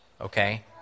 okay